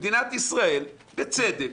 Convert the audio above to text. במדינת ישראל, בצדק,